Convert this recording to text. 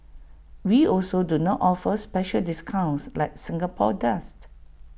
we also do not offer special discounts like Singapore dust